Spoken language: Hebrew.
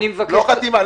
לא חתימה.